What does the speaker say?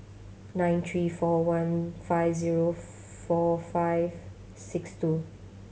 nine three four one five zero four five six two